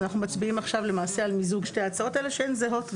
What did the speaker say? ואנחנו מצביעים עכשיו על מיזוג שתי ההצעות האלה שהן זהות גם.